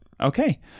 Okay